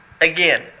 again